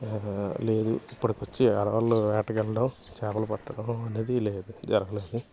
లేదు ఇప్పటికొచ్చి అడవాళ్ళు వేటకి వెళ్ళడం చేపలు పట్టడం అనేది లేదు జరగలేదు